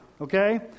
okay